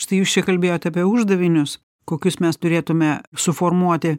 štai jūs čia kalbėjot apie uždavinius kokius mes turėtume suformuoti